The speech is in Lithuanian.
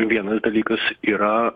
vienas dalykas yra